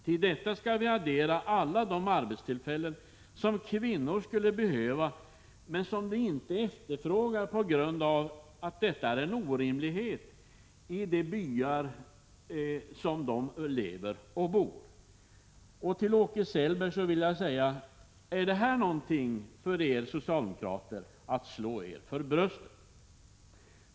Till detta skall vi addera alla de arbetstillfällen som kvinnor skulle behöva men som de inte efterfrågar på grund av att det är en orimlighet i de byar där de bor. Jag vill fråga Åke Selberg: Är det här någonting som får er socialdemokrater att slå er för bröstet?